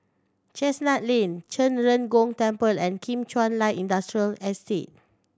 Chestnut Lane Zhen Ren Gong Temple and Kim Chuan Light Industrial Estate